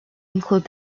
include